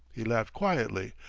he laughed quietly,